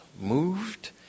moved